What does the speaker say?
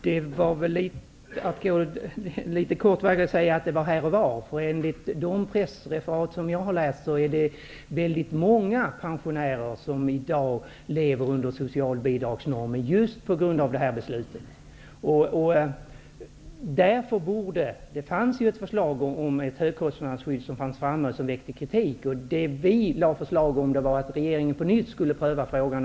Herr talman! Det var väl en underdrift att säga att det bara är fråga om ''här och var''. Enligt de pressreferat som jag har läst är det väldigt många pensionärer som i dag lever under socialbidragsnormen, just på grund av detta beslut. Det fanns ju ett förslag om ett högkostnadsskydd, som väckte kritik. Vi föreslog att regeringen på nytt skulle pröva frågan.